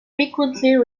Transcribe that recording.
frequently